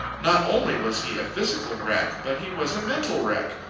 not only was he a physical wreck, but he was a mental wreck.